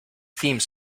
theme